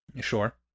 sure